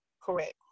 Correct